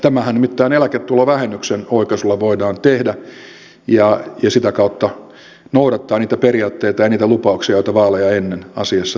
tämähän nimittäin eläketulovähennyksen oikaisulla voidaan tehdä ja sitä kautta noudattaa niitä periaatteita ja niitä lupauksia joita vaaleja ennen asiassa tehtiin